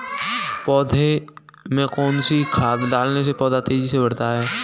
पौधे में कौन सी खाद डालने से पौधा तेजी से बढ़ता है?